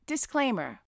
Disclaimer